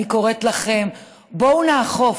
אני קוראת לכם: בואו נאכוף.